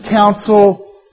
counsel